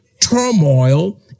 turmoil